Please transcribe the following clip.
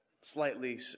slightly